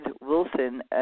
Wilson